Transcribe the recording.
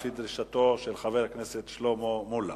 לפי דרישתו של חבר הכנסת שלמה מולה.